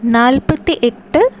നാൽപത്തെട്ട്